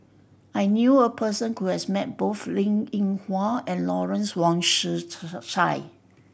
I knew a person who has met both Linn In Hua and Lawrence Wong Tsai